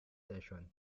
session